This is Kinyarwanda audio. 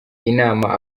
inama